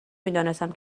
میدانستم